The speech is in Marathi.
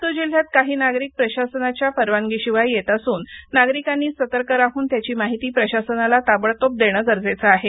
लातूर जिल्ह्यात काही नागरिक प्रशासनाच्या परवानगी शिवाय येत असून नागरिकांनी सतर्क राहन त्याची माहिती प्रशासनाला ताबडतोब देणे गरजेचे आहे